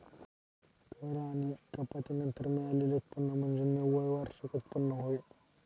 कर आणि कपाती नंतर मिळालेले उत्पन्न म्हणजे निव्वळ वार्षिक उत्पन्न होय